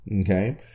Okay